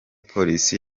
polisi